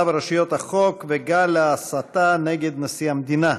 ברשויות החוק וגל ההסתה נגד נשיא המדינה,